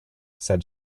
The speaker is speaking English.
said